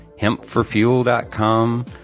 HempForFuel.com